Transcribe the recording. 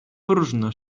próżno